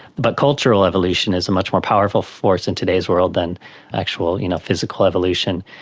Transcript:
but cultural evolution is a much more powerful force in today's world than actual you know physical evolution.